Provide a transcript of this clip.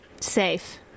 Safe